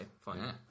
fine